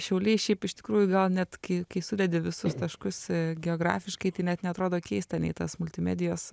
šiauliai šiaip iš tikrųjų gal net kai kai sudedi visus taškus geografiškai tai net neatrodo keista nei tas multimedijos